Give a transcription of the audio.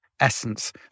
essence